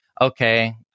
okay